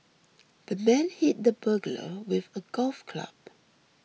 the man hit the burglar with a golf club